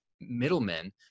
middlemen